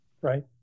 right